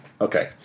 Okay